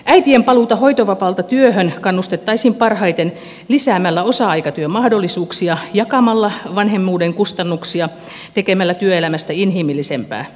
äitien paluuta hoitovapaalta työhön kannustettaisiin parhaiten lisäämällä osa aikatyön mahdollisuuksia jakamalla vanhemmuuden kustannuksia tekemällä työelämästä inhimillisempää